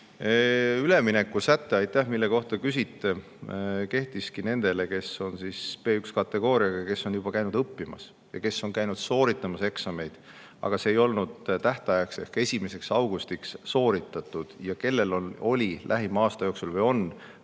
Ülemineku säte – aitäh! –, mille kohta küsite, kehtiski nendele, kes on B1-kategooriaga, kes on juba käinud õppimas ja kes on käinud sooritamas eksameid, aga need ei olnud tähtajaks ehk 1. augustiks sooritatud. Nendel on tõenäoline lähima aasta jooksul